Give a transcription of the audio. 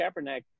Kaepernick